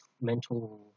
mental